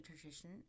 tradition